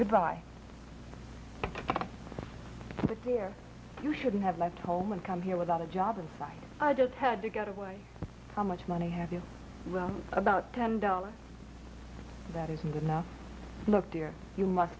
goodbye to clear you shouldn't have left home and come here without a job in fact i just had to get away how much money have you about ten dollars that isn't enough look dear you must